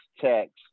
text